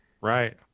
right